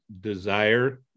desire